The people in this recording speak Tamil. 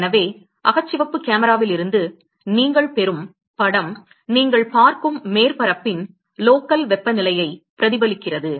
எனவே அகச்சிவப்பு கேமராவிலிருந்து நீங்கள் பெறும் படம் நீங்கள் பார்க்கும் மேற்பரப்பின் லோக்கல் வெப்பநிலையை பிரதிபலிக்கிறது